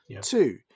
Two